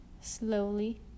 slowly